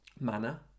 manner